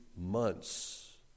months